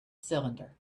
cylinder